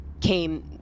came